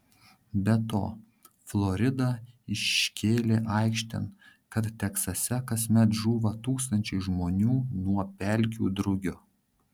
be to florida iškėlė aikštėn kad teksase kasmet žūva tūkstančiai žmonių nuo pelkių drugio